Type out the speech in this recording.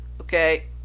Okay